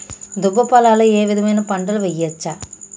దుబ్బ పొలాల్లో ఏ విధమైన పంటలు వేయచ్చా?